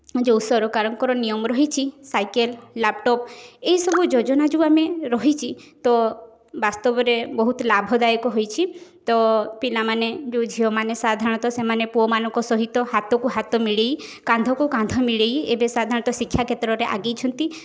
ଯେଉଁ ସରକାରଙ୍କର ନିୟମ ରହିଛି ସାଇକେଲ୍ ଲାପଟପ୍ ଏଇ ସବୁ ଯୋଜନା ଯେଉଁ ଆମେ ରହିଛି ତ ବାସ୍ତବରେ ବହୁତ ଲାଭ ଦାୟକ ହୋଇଛି ତ ପିଲାମାନେ ଯେଉଁ ଝିଅ ମାନେ ସାଧାରଣତଃ ସେମାନେ ପୁଅ ମାନଙ୍କ ସହିତ ହାତ କୁ ହାତ ମିଳାଇ କାନ୍ଧ କୁ କାନ୍ଧ ମିଳାଇ ଏବେ ସାଧାରଣତଃ ଶିକ୍ଷା କ୍ଷେତ୍ରରେ ଆଗାଇଛନ୍ତି